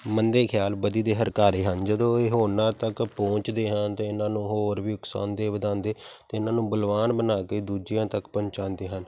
ਮੰਦੇ ਖਿਆਲ ਬਦੀ ਦੇ ਹਰਕਾਰੇ ਹਨ ਜਦੋਂ ਇਹ ਹੋਰਨਾਂ ਤੱਕ ਪਹੁੰਚਦੇ ਹਨ ਤਾਂ ਇਹਨਾਂ ਨੂੰ ਹੋਰ ਵੀ ਉਕਸਾਉਂਦੇ ਵਧਾਉਂਦੇ ਅਤੇ ਇਹਨਾਂ ਨੂੰ ਬਲਵਾਨ ਬਣਾ ਕੇ ਦੂਜਿਆਂ ਤੱਕ ਪਹੁੰਚਾਉਂਦੇ ਹਨ